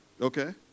Okay